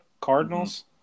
Cardinals